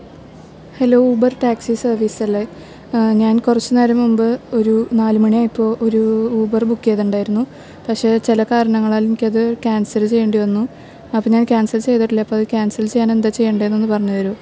hello Uber taxi സർവ്വീസ്സല്ലെ ഞാൻ കുറച്ച് നേരം മുമ്പ് ഒരു നാല് മണിയായപ്പോൾ ഒരൂ ഊബറ് ബൂക്ക് ചെയ്തിട്ടുണ്ടാരുന്നു പക്ഷേ ചില കാരണങ്ങളാൽ എനിക്കത് ക്യാൻസല് ചെയ്യണ്ടി വന്നു അപ്പം ഞാൻ ക്യാൻസൽ ചെയ്തിട്ടില്ല അപ്പത് ക്യാൻസൽ ചെയ്യാനെന്താ ചെയ്യണ്ടേന്നൊന്ന് പറഞ്ഞ് തരുവോ